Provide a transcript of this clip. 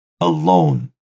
alone